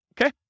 okay